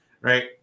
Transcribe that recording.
right